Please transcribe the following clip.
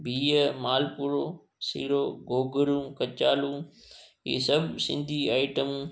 बिह मालपुड़ो सीरो गोगिरूं कचालू इहे सभु सिंधी आइटमूं